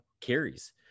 carries